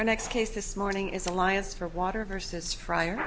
and next case this morning is alliance for water versus fryer